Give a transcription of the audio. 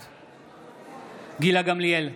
בעד גילה גמליאל,